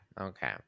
Okay